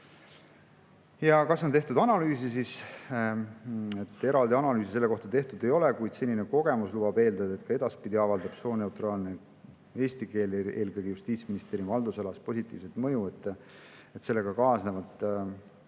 Ja kas on tehtud analüüse? Eraldi analüüsi selle kohta tehtud ei ole, kuid senine kogemus lubab eeldada, et edaspidi avaldab sooneutraalne eesti keel eelkõige Justiitsministeeriumi haldusalas positiivset mõju. Sellest [tulenevalt]